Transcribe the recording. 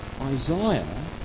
Isaiah